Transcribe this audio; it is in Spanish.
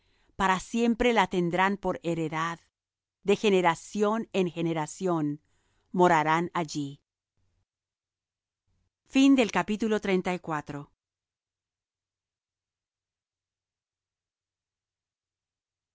para siempre la tendrán por heredad de generación en generación morarán allí